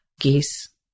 geese